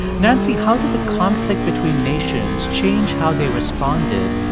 nancy, how did the conflict between nations change how they responded,